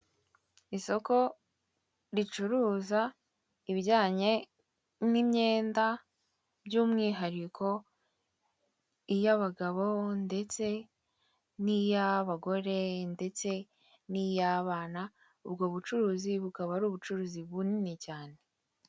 Isoko ricuruza ibijyanye n'imyenda by'umwihariko iy'abagabo ndetse n'iy'abagore ndetse n'iy'abana, ubwo bucuruzi bukaba ari ubucuruzi bunini cyane.